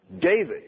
David